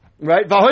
Right